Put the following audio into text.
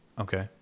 Okay